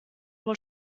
wohl